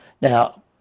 Now